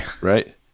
Right